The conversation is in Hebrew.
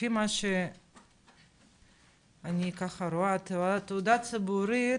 לפי מה שאני רואה, תעודה ציבורית,